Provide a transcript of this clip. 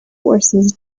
forces